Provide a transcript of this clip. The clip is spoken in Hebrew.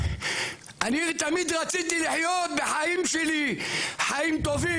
אני תמיד רציתי לחיות בחיים שלי חיים טובים,